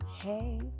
hey